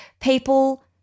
People